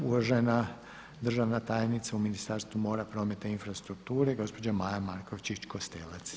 Uvažena državna tajnica u Ministarstvu mora, prometa i infrastrukture gospođa Maja Markovčić Kostelac.